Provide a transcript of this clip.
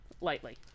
lightly